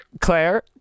Claire